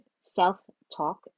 self-talk